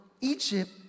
Egypt